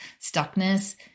Stuckness